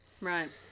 right